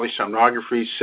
polysomnography